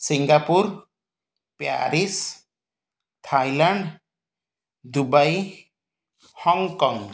Singapore Paris Thailand Dubai Hong Kong